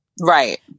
Right